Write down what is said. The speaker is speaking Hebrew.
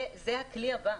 זה הכלי הבא.